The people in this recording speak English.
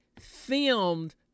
filmed